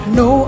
no